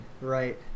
Right